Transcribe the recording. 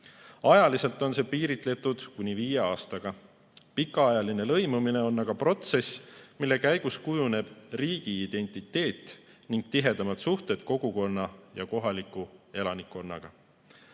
Ajaliselt on see piiritletud kuni viie aastaga. Pikaajaline lõimumine on aga protsess, mille käigus kujuneb riigiidentiteet ning tihedamad suhted kogukonna ja kohaliku elanikkonnaga.